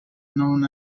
known